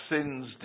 sins